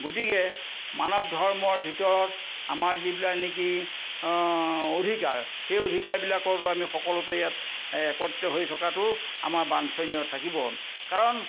গতিকে মানৱ ধৰ্মৰ ভিতৰত আমাৰ যিবিলাক নেকি অধিকাৰ সেই অধিকাৰবিলাকতো আমি সকলোতে ইয়াত একত্ৰিত হৈ থকাটো আমাৰ বাঞ্চণীয় থাকিব কাৰণ